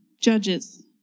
judges